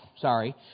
Sorry